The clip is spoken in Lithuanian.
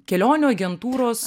kelionių agentūros